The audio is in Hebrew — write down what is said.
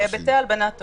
בהיבטי הלבנת הון.